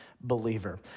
believer